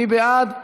מי בעד?